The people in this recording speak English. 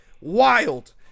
wild